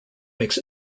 makes